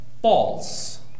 False